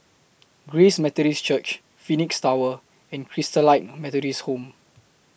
Grace Methodist Church Phoenix Tower and Christalite Methodist Home